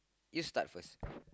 you start first